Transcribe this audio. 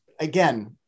Again